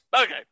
Okay